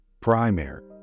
primary